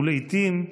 ולעיתים,